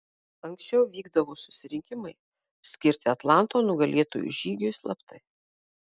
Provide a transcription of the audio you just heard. anksčiau vykdavo susirinkimai skirti atlanto nugalėtojų žygiui slaptai